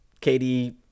Katie